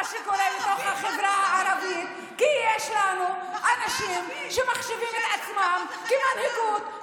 שקורה בתוך החברה הערבית כי יש לנו אנשים שמחשיבים את עצמם כמנהיגות,